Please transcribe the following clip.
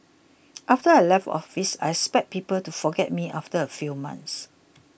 after I left office I expected people to forget me after a few months